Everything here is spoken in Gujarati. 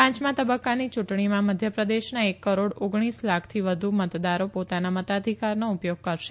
પાંચમાં તબકકાની ચુંટણીમાં મધ્ય પ્રદેશના એક કરોડ ઓગણીસ લાખથી વધુ મતદારો પોતાના મતાધિકારનો ઉપયોગ કરશે